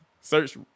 search